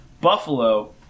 Buffalo